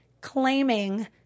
claiming